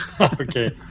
Okay